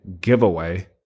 giveaway